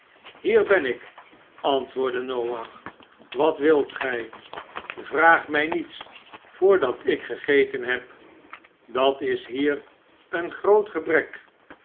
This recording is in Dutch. hier ben ik antwoordde noach wat wilt gij vraag mij niets voordat ik gegeten heb dat is hier een groot gebrek